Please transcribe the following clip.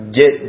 get